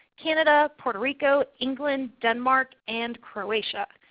canada, puerto rico, england, denmark, and croatia.